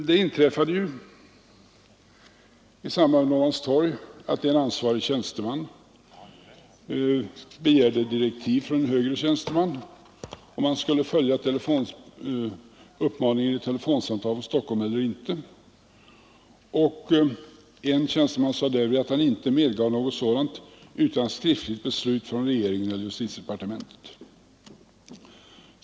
Det inträffade ju i samband med Norrmalmstorgshändelserna att en ansvarig tjänsteman begärde direktiv från en högre tjänsteman om huruvida man skulle följa uppmaningen i telefonsamtalet från Stockholm eller inte, och en tjänsteman sade därvid att han inte medgav något sådant utan skriftligt beslut från regeringen eller justitiedepartementet.